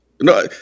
No